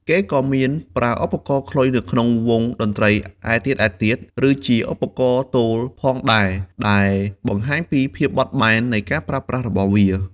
គេក៏មានប្រើឧបករណ៍ខ្លុយនៅក្នុងវង់តន្ត្រីឯទៀតៗ ឬប្រើជាឧបករណ៍ទោលផងដែរដែលបង្ហាញពីភាពបត់បែននៃការប្រើប្រាស់របស់វា។